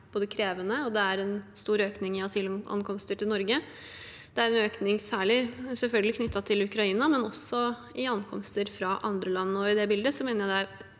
det er en stor økning i asylankomster til Norge. Det er en økning særlig knyttet til Ukraina, selvfølgelig, men også i ankomster fra andre land.